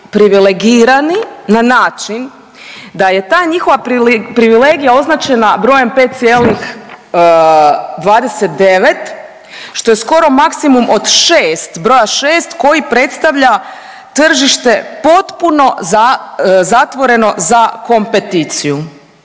privilegirani na način da je ta njihova privilegija označena brojem 5,29 što je skoro maksimum od 6, broja 6 koji predstavlja tržište potpuno zatvoreno za kompeticiju.